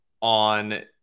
on